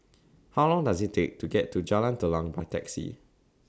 How Long Does IT Take to get to Jalan Telang By Taxi